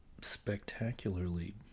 spectacularly